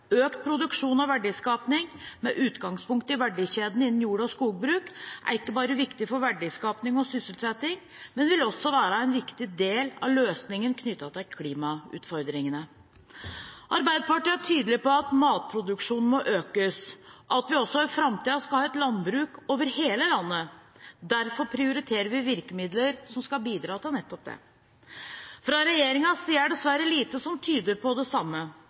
Økt produksjon og verdiskaping med utgangspunkt i verdikjedene innen jord- og skogbruk er ikke bare viktig for verdiskaping og sysselsetting, men vil også være en viktig del av løsningen knyttet til klimautfordringene. Arbeiderpartiet er tydelig på at matproduksjonen må økes, og at vi også i framtiden skal ha et landbruk over hele landet. Derfor prioriterer vi virkemidler som skal bidra til nettopp dette. Fra regjeringens side er det dessverre lite som tyder på det samme.